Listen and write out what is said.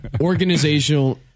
organizational